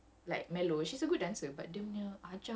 that one like ma~ aku nak mati sia